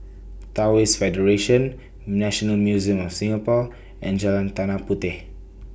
Taoist Federation National Museum of Singapore and Jalan Tanah Puteh